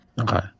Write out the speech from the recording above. Okay